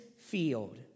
field